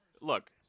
look